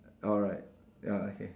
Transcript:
alright ya okay